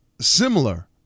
similar